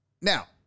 Now